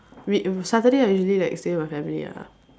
wait saturday I usually like stay with my family ah